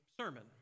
sermon